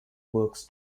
works